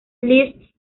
liszt